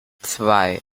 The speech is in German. zwei